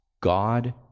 God